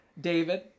David